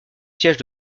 siège